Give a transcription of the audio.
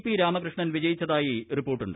P Ramakrishnan വിജയിച്ചതായി റിപ്പോർട്ടുണ്ട്